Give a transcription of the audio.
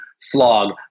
slog